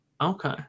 Okay